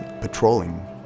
patrolling